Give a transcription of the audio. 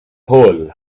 hole